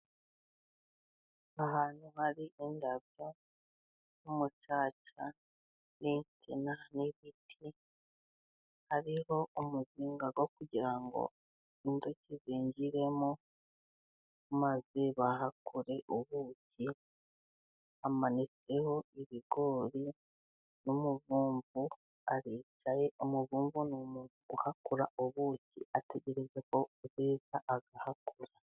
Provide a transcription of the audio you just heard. Ahantu hari indabo, nk'umucaca n'insina, n'ibiti, hariho umuzinga wo kugira ngo inzuki zinjiremo, maze bahakure ubuki, hamanitseho ibigori, n'umuvumvu aricaye, umuvumvu ni umuntu uhakura ubuki, ategereza ko bwera agahakura.